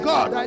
God